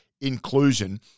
inclusion